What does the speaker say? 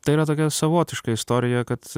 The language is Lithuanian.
tai yra tokia savotiška istorija kad